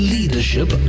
Leadership